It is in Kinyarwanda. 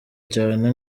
cyane